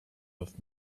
with